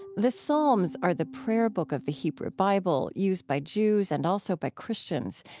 the psalms are the prayer book of the hebrew bible, used by jews and also by christians.